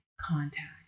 Contact